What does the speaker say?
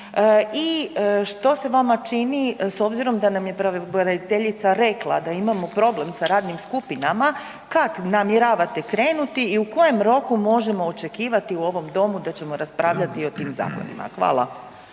i što se vama čini s obzirom da nam je pravobraniteljica rekla da imamo problem sa radnim skupinama, kad namjeravate krenuti i u kojem roku možemo očekivati u ovom Domu da ćemo raspravljati o tim zakonima? Hvala.